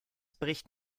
bricht